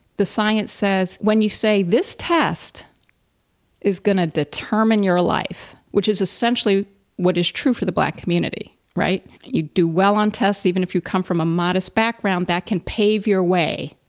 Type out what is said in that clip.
the science says when you say, this test is going to determine your life, which is essentially what is true for the black community, right? you do well on tests, even if you come from a modest background, that can pave your way.